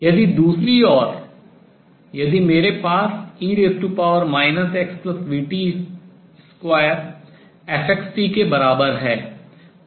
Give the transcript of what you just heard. यदि दूसरी ओर यदि मेरे पास e xvt2 fxt के बराबर है